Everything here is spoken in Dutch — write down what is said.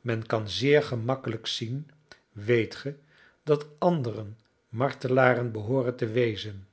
men kan zeer gemakkelijk zien weet ge dat anderen martelaren behoorden te wezen